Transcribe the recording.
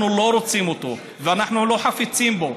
אנחנו לא רוצים אותו ואנחנו לא חפצים בו.